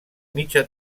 mitja